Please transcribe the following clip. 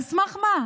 על סמך מה?